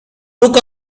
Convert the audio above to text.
took